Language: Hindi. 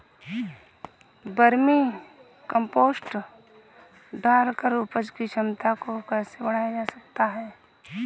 वर्मी कम्पोस्ट डालकर उपज की क्षमता को कैसे बढ़ाया जा सकता है?